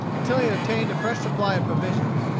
until he had obtained a fresh supply of provisions.